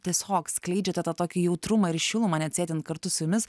tiesiog skleidžiate tą tokį jautrumą ir šilumą net sėdint kartu su jumis